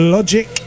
Logic